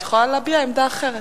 את יכולה להביע עמדה אחרת.